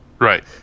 Right